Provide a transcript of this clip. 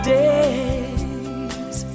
days